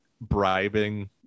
bribing